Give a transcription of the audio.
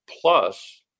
Plus